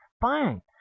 Fine